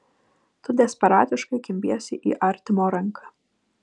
tu desperatiškai kimbiesi į artimo ranką